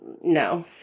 no